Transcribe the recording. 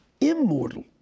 immortal